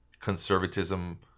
conservatism